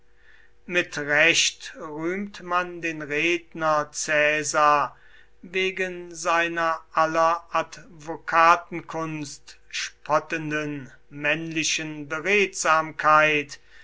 mit recht rühmt man den redner caesar wegen seiner aller advokatenkunst spottenden männlichen